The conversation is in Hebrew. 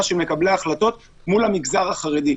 של מקבלי ההחלטות מול המגזר החרדי.